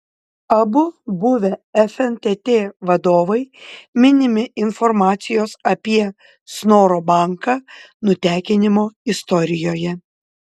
abu buvę fntt vadovai minimi informacijos apie snoro banką nutekinimo istorijoje